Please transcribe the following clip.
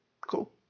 Cool